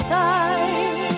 time